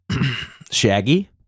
Shaggy